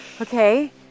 okay